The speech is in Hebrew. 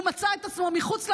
הוא מצא את עצמו מחוץ למערכת.